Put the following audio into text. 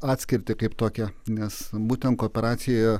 atskirtį kaip tokią nes būtent kooperacija